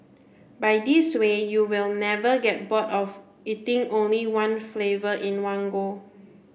by this way you will never get bored of eating only one flavour in one go